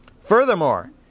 Furthermore